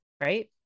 right